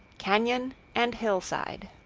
canon and hillside